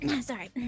sorry